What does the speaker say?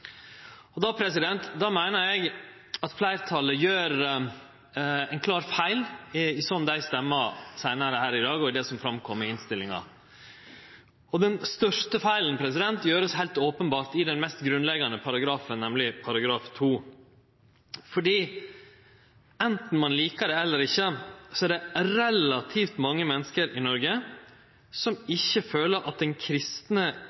meiner eg at fleirtalet gjer ein klar feil – slik dei vil stemme seinare i dag, og slik det kjem fram i innstillinga. Den største feilen vert heilt openbert gjord i den mest grunnleggjande paragrafen, nemleg § 2, for anten ein likar det eller ikkje, er det relativt mange menneske i Noreg som ikkje føler at den kristne